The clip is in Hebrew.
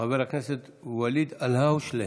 חבר הכנסת ואליד אל הואשלה,